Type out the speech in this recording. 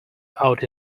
out